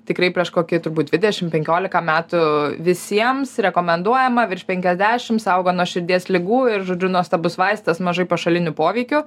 tikrai prieš kokį turbūt dvidešim penkiolika metų visiems rekomenduojama virš penkiasdešim saugo nuo širdies ligų ir žodžiu nuostabus vaistas mažai pašalinių poveikių